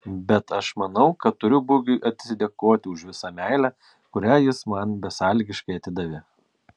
bet aš manau kad turiu bugiui atsidėkoti už visą meilę kurią jis man besąlygiškai atidavė